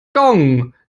gong